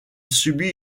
subit